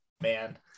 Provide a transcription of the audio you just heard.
man